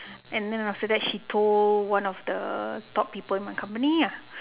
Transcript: and then after that she told one of the top people in our company ah